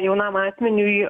jaunam asmeniui